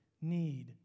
need